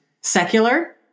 secular